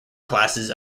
classes